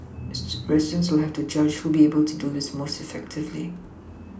residents will have to judge who will be able to do this most effectively